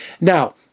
Now